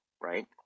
right